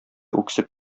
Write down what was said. үксеп